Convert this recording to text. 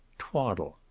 twaddle,